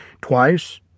twice